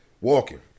walking